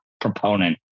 proponent